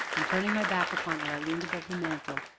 and, turning my back upon her, i leaned above the mantel,